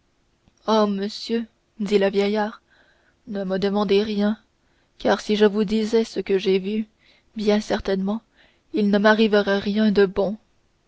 oh monsieur dit le vieillard ne me demandez rien car si je vous disais ce que j'ai vu bien certainement il ne m'arriverait rien de bon